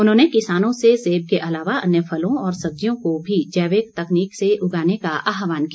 उन्होंने किसानों से सेब के अलावा अन्य फलों और सब्जियों को भी जैविक तकनीक से उगाने का आहवान किया